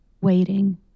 waiting